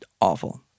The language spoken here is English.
awful